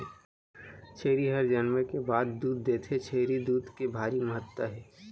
छेरी हर जनमे के बाद दूद देथे, छेरी दूद के भारी महत्ता हे